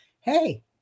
hey